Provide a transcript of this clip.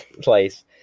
place